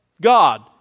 God